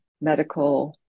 medical